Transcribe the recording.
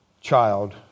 child